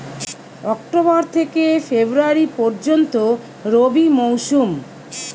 October থেকে February পর্যন্ত রবি মৌসুম